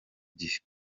gihe